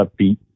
upbeat